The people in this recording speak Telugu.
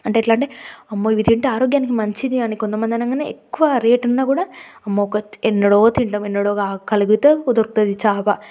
అంటే ఎట్లంటే అంటే అమ్మో ఇవి తింటే ఆరోగ్యానికి మంచిది అని కొంతమంది అనంగనే ఎక్కువ రేటున్నా కూడా అమ్మో ఎన్నడో తింటాం ఎన్నడో కా కలిగితే కుదురుతుంది చేప